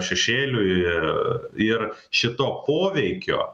šešėliui ir šito poveikio